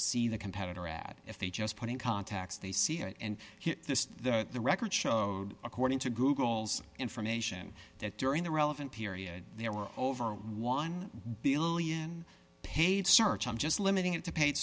see the competitor ad if they just put in contacts they see it and the record showed according to google's information that during the relevant period there were over one billion paid search i'm just limit